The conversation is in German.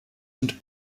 und